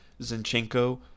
Zinchenko